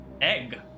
egg